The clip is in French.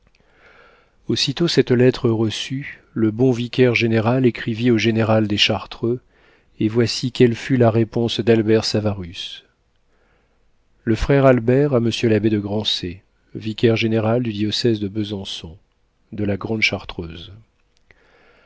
aussitôt cette lettre reçue le bon vicaire-général écrivit au général des chartreux et voici quelle fut la réponse d'albert savarus le frère albert a monsieur l'abbé de grancey vicaire-général du diocèse de besançon de la grande chartreuse